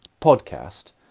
podcast